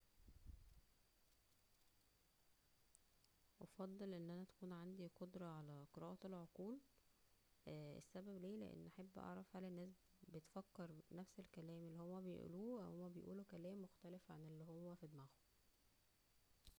افضل ان انا تكون عندى قدرة على قراءة العقول وايه السبب ليه لان احب اعرف الناس بتفكر نفس الكلام اللى هما بيقولوه او هما بيقولوا كلام مختلف عن اللى هو فى دماغهم